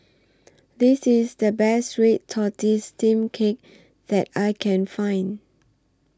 This IS The Best Red Tortoise Steamed Cake that I Can Find